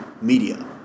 media